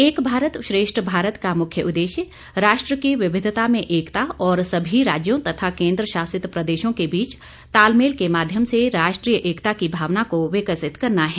एक भारत श्रेष्ठ भारत के मुख्य उद्देश्य हमारे राष्ट्र की विविधता में एकता और सभी राज्यों तथा केन्द्रशासित प्रदेशों के बीच तालमेल के माध्यम से राष्ट्रीय एकता की भावना को विकसित करना है